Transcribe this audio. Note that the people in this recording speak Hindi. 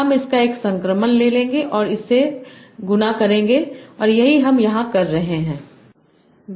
हम इसका एक संक्रमण ले लेंगे और इस से गुणा करेंगे और यही हम यहाँ कर रहे हैं